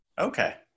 Okay